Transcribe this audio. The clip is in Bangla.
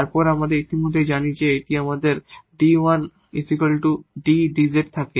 তারপর আমরা ইতিমধ্যেই জানি যে যদি আমাদের এটি 𝐷1 ≡ 𝑑 𝑑𝑧 থাকে